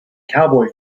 cowboy